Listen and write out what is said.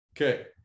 Okay